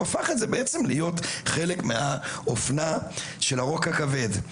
הפך את זה בעצם להיות חלק מהאופנה של הרוק הכבד.